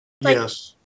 Yes